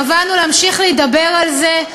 קבענו להמשיך להידבר על זה,